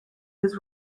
his